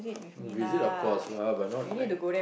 visit of course lah but not like